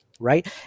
Right